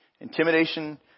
Intimidation